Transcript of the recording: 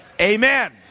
Amen